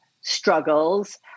struggles